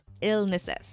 illnesses